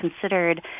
considered